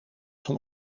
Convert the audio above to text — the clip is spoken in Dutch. van